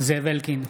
זאב אלקין,